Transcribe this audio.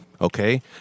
okay